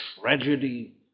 tragedy